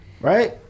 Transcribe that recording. Right